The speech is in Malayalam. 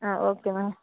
ആ ഓക്കേ മാം